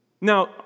Now